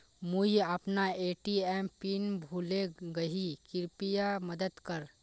मुई अपना ATM pin भूले गही कृप्या मदद कर